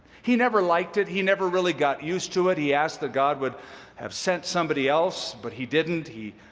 he never liked it. he never really got used to it. he asked that god would have sent somebody else, but he didn't. he